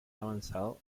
avanzado